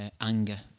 anger